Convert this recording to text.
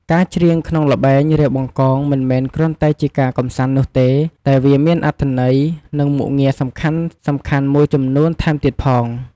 ការច្រៀងក្នុងល្បែង រាវបង្កង មិនមែនគ្រាន់តែជាការកម្សាន្តនោះទេ តែវាមានអត្ថន័យ និងមុខងារសំខាន់ៗមួយចំនួនថែមទៀតផង។